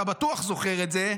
אתה בטוח זוכר את זה,